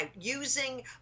using